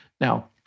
now